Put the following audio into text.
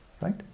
Right